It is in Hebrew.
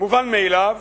מובן מאליו